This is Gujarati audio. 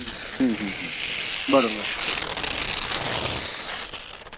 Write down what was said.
હમ હમ બરાબર છે